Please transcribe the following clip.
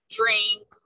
drink